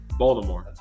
baltimore